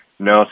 No